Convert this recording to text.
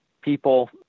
people